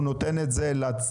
הוא נותן את זה לצרכן?